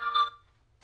אני